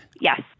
Yes